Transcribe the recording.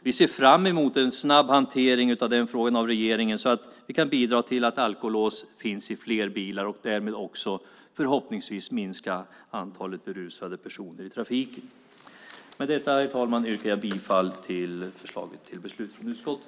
Vi ser fram emot en snabb hantering av den frågan från regeringen så att vi kan bidra till att alkolås finns i fler bilar och därmed förhoppningsvis också minska antalet berusade personer i trafiken. Herr talman! Med detta yrkar jag bifall till förslaget till beslut från utskottet.